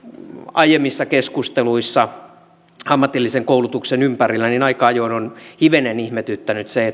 aiemmissa keskusteluissa ammatillisen koulutuksen ympärillä aika ajoin on hivenen ihmetyttänyt se